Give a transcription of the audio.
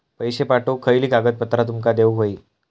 पैशे पाठवुक खयली कागदपत्रा तुमका देऊक व्हयी?